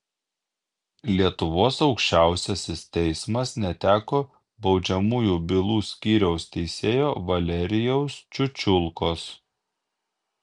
lietuvos aukščiausiasis teismas neteko baudžiamųjų bylų skyriaus teisėjo valerijaus čiučiulkos